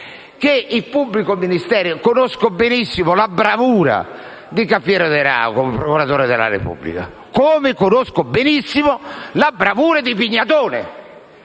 del pubblico Ministero, conosco benissimo la bravura di Cafiero de Raho come Procuratore della Repubblica come conosco benissimo la bravura di Pignatone.